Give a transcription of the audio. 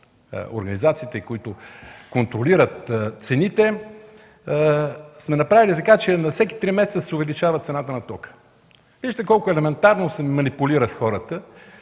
организациите, които контролират цените, сме направили така, че на всеки три месеца да се увеличава цената на тока. Вижте колко елементарно се манипулират хората.